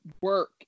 work